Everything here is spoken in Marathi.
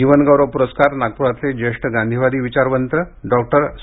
जीवनगौरव पुरस्कार नागपुरातले ज्येष्ठ गांधीवादी विचारवंत डॉक्टर स्